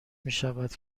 میشود